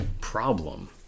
problem